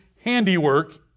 handiwork